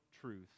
truth